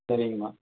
சரிங்கம்மா